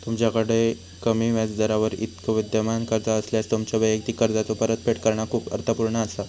तुमच्याकड कमी व्याजदरावर इतर विद्यमान कर्जा असल्यास, तुमच्यो वैयक्तिक कर्जाचो परतफेड करणा खूप अर्थपूर्ण असा